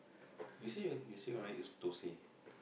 you see right you see right use tosai